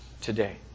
today